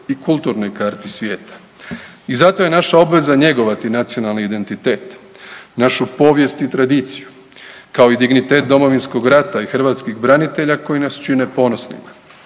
i kulturnoj karti svijeta. I zato je naša obveza njegovati nacionalni identitet, našu povijest i tradiciju kao i dignitet Domovinskog rata i hrvatskih branitelja koji nas čine ponosnima,